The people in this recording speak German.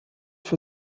für